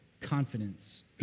confidence